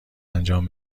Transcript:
انجام